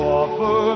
offer